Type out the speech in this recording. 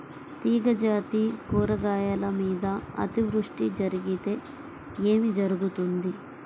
తీగజాతి కూరగాయల మీద అతివృష్టి జరిగితే ఏమి జరుగుతుంది?